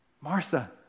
Martha